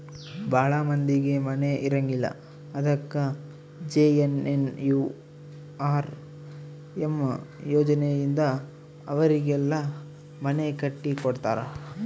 ಭಾಳ ಮಂದಿಗೆ ಮನೆ ಇರಂಗಿಲ್ಲ ಅದಕ ಜೆ.ಎನ್.ಎನ್.ಯು.ಆರ್.ಎಮ್ ಯೋಜನೆ ಇಂದ ಅವರಿಗೆಲ್ಲ ಮನೆ ಕಟ್ಟಿ ಕೊಡ್ತಾರ